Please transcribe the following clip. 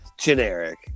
generic